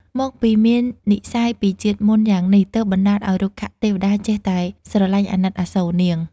មកពីមាននិស្ស័យពីជាតិមុនយ៉ាងនេះ ទើបបណ្ដាលឱ្យ រុក្ខទេវតាចេះតែស្រលាញ់អាណិតអាសូរនាង។